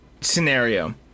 scenario